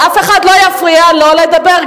ואף אחד לו יפריע לו לדבר,